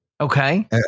Okay